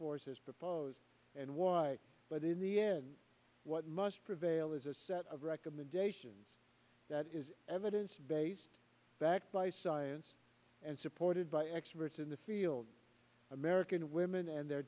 force has proposed and why but in the end what must prevail is a set of recommendations that is evidence based backed by side and supported by experts in the field american women and their